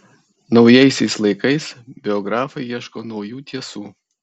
naujaisiais laikais biografai ieško naujų tiesų